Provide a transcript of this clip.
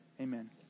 Amen